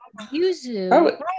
Yuzu